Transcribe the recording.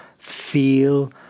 feel